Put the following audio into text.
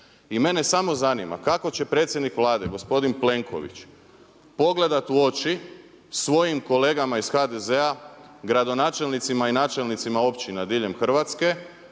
I mene samo zanima kako će predsjednik Vlade gospodin Plenković pogledati u oči svojim kolegama iz HDZ-a, gradonačelnicima i načelnicima općina diljem Hrvatske